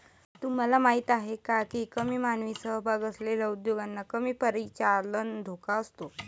तुम्हाला माहीत आहे का की कमी मानवी सहभाग असलेल्या उद्योगांना कमी परिचालन धोका असतो?